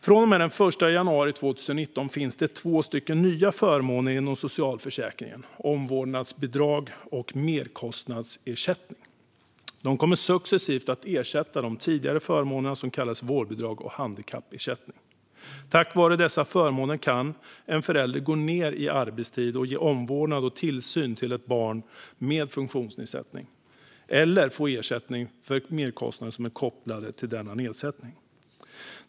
Från och med den 1 januari 2019 finns två nya förmåner inom socialförsäkringen: omvårdnadsbidrag och merkostnadsersättning. De kommer successivt att ersätta de tidigare förmånerna som kallades vårdbidrag och handikappersättning. Tack vare dessa förmåner kan en förälder gå ned i arbetstid för att ge ett barn med funktionsnedsättning omvårdnad och tillsyn eller få ersättning för merkostnader som är kopplade till denna nedsättning.